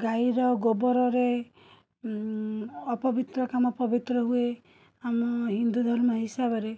ଗାଈର ଗୋବରରେ ଅପବିତ୍ର କାମ ପବିତ୍ର ହୁଏ ଆମ ହିନ୍ଦୁଧର୍ମ ହିସାବରେ